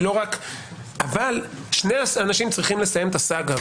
אבל שני האנשים צריכים לסיים את הסאגה,